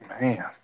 Man